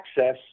access